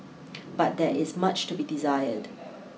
but there is much to be desired